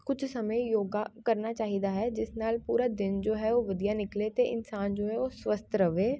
ਕੁਛ ਸਮੇਂ ਯੋਗਾ ਕਰਨਾ ਚਾਹੀਦਾ ਹੈ ਜਿਸ ਨਾਲ ਪੂਰਾ ਦਿਨ ਜੋ ਹੈ ਉਹ ਵਧੀਆ ਨਿਕਲੇ ਅਤੇ ਇਨਸਾਨ ਜੋ ਹੈ ਉਹ ਸਵੱਸਥ ਰਵੇ